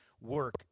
work